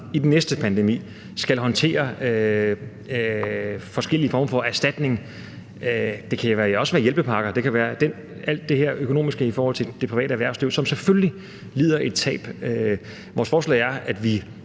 i den næste pandemi skal håndtere forskellige former for erstatning – det kan også være hjælpepakker; det kan være alt det her økonomiske i forhold til det private erhvervsliv, som selvfølgelig lider et tab – er, at vi